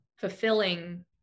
fulfilling